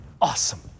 awesome